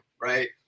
right